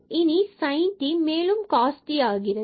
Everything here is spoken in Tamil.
இனி sint மேலும் cos t ஆகிறது